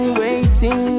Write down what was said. waiting